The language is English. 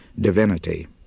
divinity